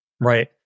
Right